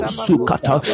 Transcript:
sukata